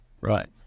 Right